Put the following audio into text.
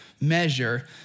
measure